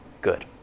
good